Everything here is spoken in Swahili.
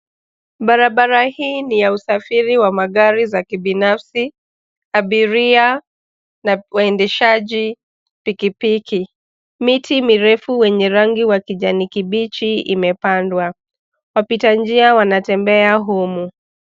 Barabara hi ni ya usafiri wa magari za kibinafsi abiria na waendeshaji pikipiki, miti mirefu wenye rangi wa kijani kibichi imepandwa wapita njia wanatembea humu.